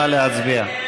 נא להצביע.